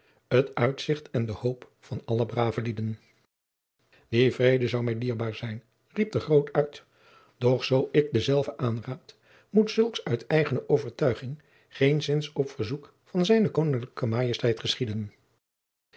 het uitzicht en de hoop van alle brave lieden die vrede zoude mij dierbaar zijn riep de groot uit doch zoo ik dezelve aanraad moet zulks uit eigene overtuiging geenszins op verzoek van z k majesteit geschieden